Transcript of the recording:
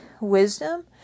wisdom